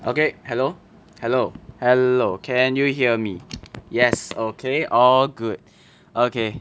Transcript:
okay hello hello hello can you hear me yes okay all good okay